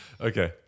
Okay